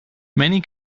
many